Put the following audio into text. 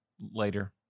later